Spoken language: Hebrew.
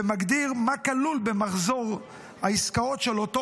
ומגדיר מה כלול במחזור העסקאות של אותו